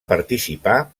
participar